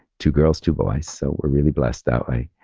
two girls, two boys. so we're really blessed that way.